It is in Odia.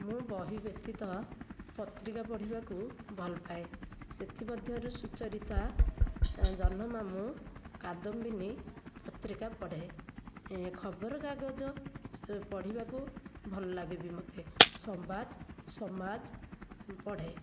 ମୁଁ ବହି ବ୍ୟତୀତ ପତ୍ରିକା ପଢ଼ିବାକୁ ଭଲ ପାଏ ସେଥିମଧ୍ୟରୁ ସୁଚରିତା ଜହ୍ନମାମୁଁ କାଦମ୍ବିନୀ ପତ୍ରିକା ପଢ଼େ ଖବର କାଗଜ ପଢ଼ିବାକୁ ଭଲ ଲାଗେ ବି ମୋତେ ସମ୍ବାଦ ସମାଜ ପଢ଼େ